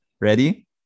Ready